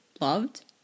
loved